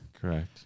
Correct